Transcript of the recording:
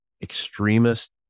extremist